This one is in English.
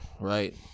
right